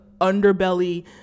underbelly